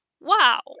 wow